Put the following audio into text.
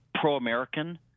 pro-American